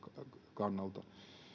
kannalta